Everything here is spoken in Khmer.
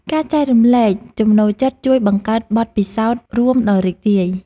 ការចែករំលែកចំណូលចិត្តជួយបង្កើតបទពិសោធន៍រួមដ៏រីករាយ។